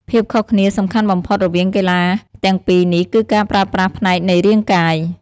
ភាពខុសគ្នាសំខាន់បំផុតរវាងកីឡាទាំងពីរនេះគឺការប្រើប្រាស់ផ្នែកនៃរាងកាយ។